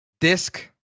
Disc